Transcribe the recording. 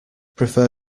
prefer